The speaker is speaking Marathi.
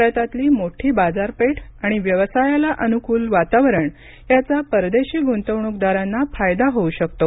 भारतातली मोठी बाजारपेठ आणि व्यवसायाला अनुकूल वातावरण याचा परदेशी गुंतवणूकदारांना फायदा होऊ शकतो